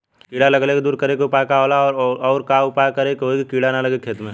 कीड़ा लगले के दूर करे के उपाय का होला और और का उपाय करें कि होयी की कीड़ा न लगे खेत मे?